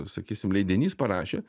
sakysim leidinys parašė